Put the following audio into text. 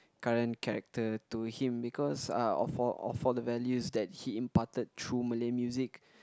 current character to him because uh of all of all the values that he imparted through Malay music